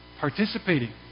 participating